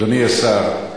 אדוני השר,